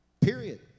Period